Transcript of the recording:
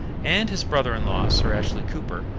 and his brother-in-law, sir ashley cooper,